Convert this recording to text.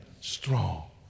strong